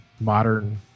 modern